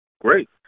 great